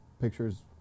pictures